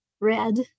red